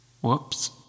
whoops